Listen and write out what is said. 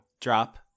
Drop